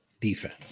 defense